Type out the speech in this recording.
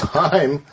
time